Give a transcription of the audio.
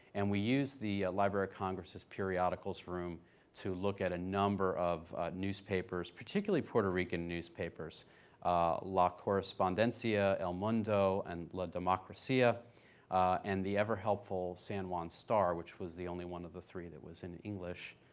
and we used the library of congress' periodicals room to look at a number of newspapers, particularly puerto rican newspapers la correspondencia, el mundo and la democracia and the ever helpful san juan star, which was the only one of the three that was in english.